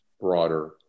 broader